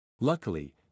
Luckily